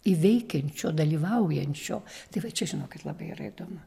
į veikiančio dalyvaujančio tai va čia žinokit labai yra įdomu